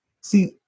see